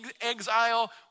exile